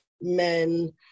men